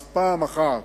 אז פעם אחת